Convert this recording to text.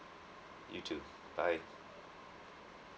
you too bye